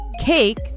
cake